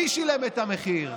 מי שילם את המחיר?